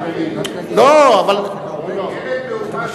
ילד מאומץ,